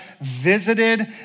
visited